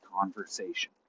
conversation